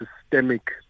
systemic